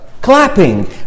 clapping